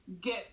get